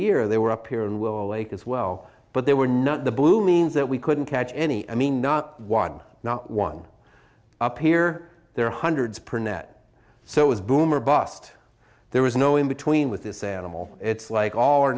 year they were up here and we'll make as well but they were not the blue means that we couldn't catch any i mean not one not one up here there are hundreds per net so it was boom or bust there was no in between with this animal it's like all or